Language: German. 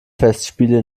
festspiele